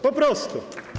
Po prostu.